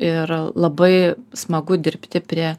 ir labai smagu dirbti prie